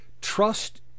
trust